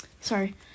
sorry